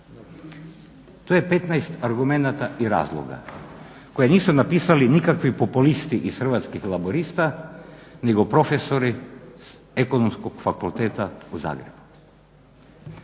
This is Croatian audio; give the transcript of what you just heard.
To je 15 argumenata i razloga koje nisu napisali nikakvi populisti iz Hrvatskih laburista nego profesori Ekonomskog fakulteta u Zagrebu.